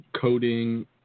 coding